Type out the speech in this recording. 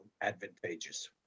advantageous